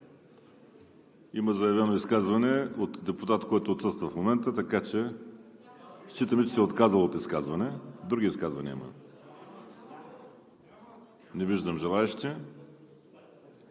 Има заявено изказване от депутат, който отсъства в момента, така че считаме, че се е отказал от изказване. Други изказвания има ли? (Реплики